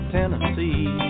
Tennessee